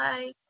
Bye